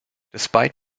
despite